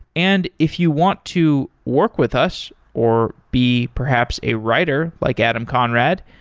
and if you want to work with us or be perhaps a writer like adam conrad,